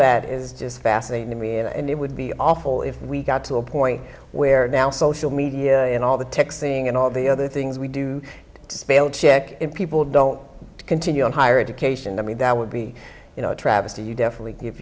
that is just fascinating to me and it would be awful if we got to a point where now social media and all the taxing and all the other things we do to spellcheck people don't continue on higher education i mean that would be you know a travesty you definitely give